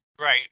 right